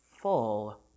full